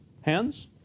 hands